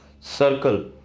circle